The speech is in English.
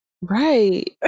right